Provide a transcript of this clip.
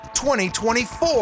2024